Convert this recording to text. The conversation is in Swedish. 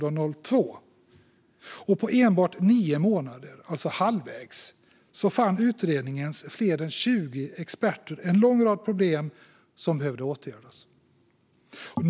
På enbart nio månader, halvvägs, fann utredningens fler än 20 experter en lång rad problem som behövde åtgärdas.